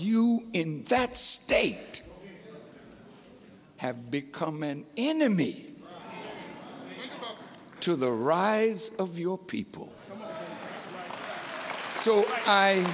you in that state have become an enemy to the rise of your people so i